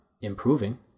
improving